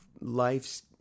life's